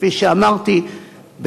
כפי שאמרתי,